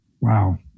Wow